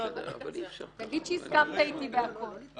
תגיד שהסכמת אתי בכול.